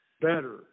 better